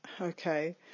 okay